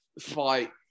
fight